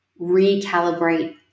recalibrate